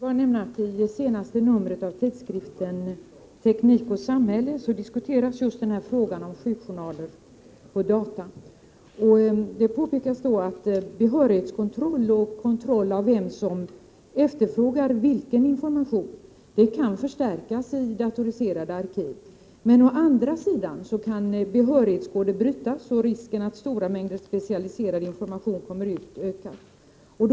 Fru talman! I senaste numret av tidskriften Teknik och Samhälle diskuteras just frågan om sjukjournaler på data. Där påpekas att behörighetskontrollen och kontrollen av vem som efterfrågar vilken information kan förstärkas i datoriserade arkiv. Men å andra sidan kan behörighetskoder brytas, varigenom risken för att stora mängder specialiserad information kommer ut ökar.